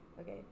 Okay